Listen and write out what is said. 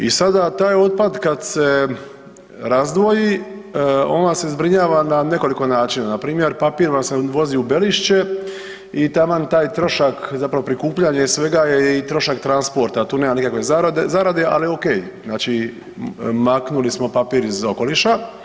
I sada taj otpad kad se razdvoji on vam se zbrinjava na nekoliko načina, npr. papir vam se vozi u Belišće i taman taj trošak zapravo prikupljanje i svega je i trošak transporta, tu nema nikakve zarade, ali ok, znači maknuli smo papir iz okoliša.